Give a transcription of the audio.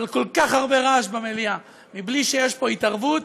אבל כל כך הרבה רעש במליאה בלי שיש פה התערבות,